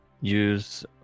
use